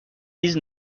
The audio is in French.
dix